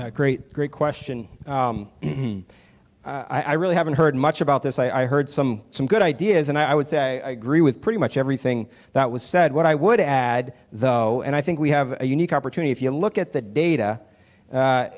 it great great question i really haven't heard much about this i heard some some good ideas and i would say i agree with pretty much everything that was said what i would add though and i think we have a unique opportunity if you look at the data